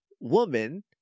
woman